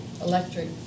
electric